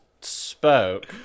spoke